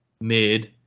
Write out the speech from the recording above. mid